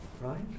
right